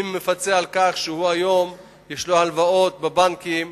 מי מפצה אותו על כך שיש לו הלוואות בבנקים,